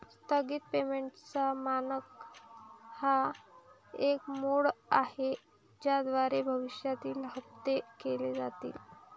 स्थगित पेमेंटचा मानक हा एक मोड आहे ज्याद्वारे भविष्यातील हप्ते केले जातील